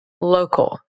local